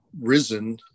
risen